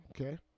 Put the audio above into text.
Okay